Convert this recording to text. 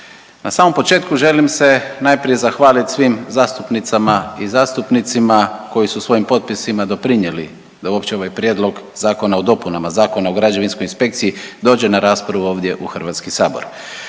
Na samom početku želim se najprije zahvaliti svim zastupnicama i zastupnicima koji su svojim potpisima doprinijeli da uopće ovaj Prijedlog zakona o dopunama Zakona o građevinskoj inspekciji dođe na raspravu ovdje u Hrvatski sabor.